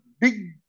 big